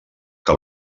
que